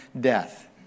death